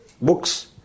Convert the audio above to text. books